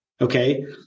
Okay